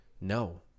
No